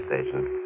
station